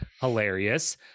hilarious